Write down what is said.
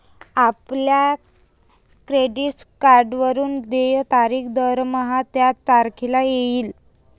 आपल्या क्रेडिट कार्डवरून देय तारीख दरमहा त्याच तारखेला येईल